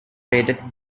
rated